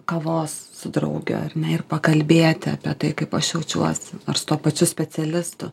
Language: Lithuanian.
kavos su drauge ar ne ir pakalbėti apie tai kaip aš jaučiuosi ar su tuo pačiu specialistu